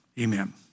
Amen